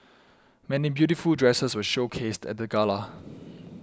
many beautiful dresses were showcased at the gala